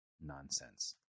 nonsense